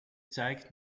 zeigt